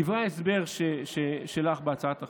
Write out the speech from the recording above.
דברי ההסבר שלך בהצעת החוק: